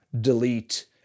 delete